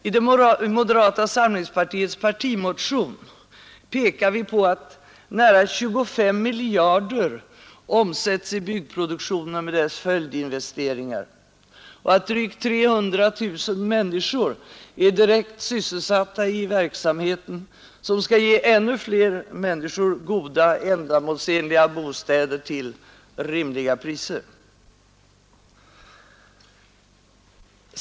I moderata samlingspartiets partimotion pekar vi på att närmare 25 miljarder omsätts i byggproduktionen med dess följdinvesteringar och att drygt 300 000 människor är direkt sysselsatta i verksamheten, som skall ge ännu fler bostadskonsumenter goda, ändamålsenliga bostäder till rimliga priser.